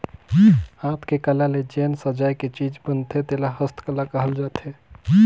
हाथ के कला ले जेन सजाए के चीज बनथे तेला हस्तकला कहल जाथे